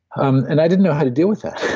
um and i didn't know how to deal with that.